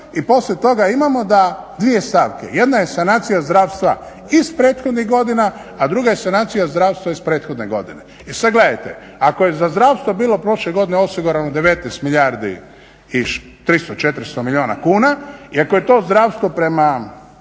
i poslije toga imamo da dvije stavke, jedna je sanacija zdravstva iz prethodnih godina a druga je sanacija zdravstva iz prethodne godine. I sad gledajte ako je za zdravstvo bile prošle godine osigurano 19 milijardi i 300, 400 milijuna kuna i ako je to zdravstvo prema